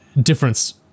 difference